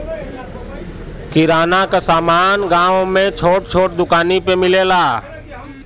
किराना क समान गांव में छोट छोट दुकानी पे मिलेला